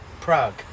Prague